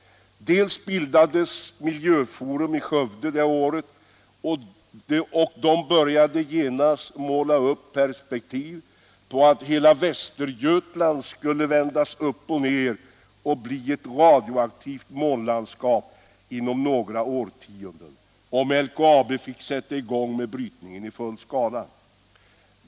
Dels bildades Miljöforum i Skövde det året, och de började genast måla upp perspektiv på att hela Västergötland skulle vändas upp och ner och bli ett radioaktivt månlandskap inom några årtionden om LKAB fick sätta i gång med brytning i full skala.